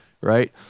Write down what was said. right